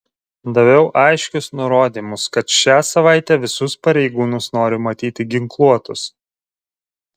daviau aiškius nurodymus kad šią savaitę visus pareigūnus noriu matyti ginkluotus